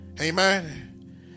Amen